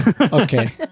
Okay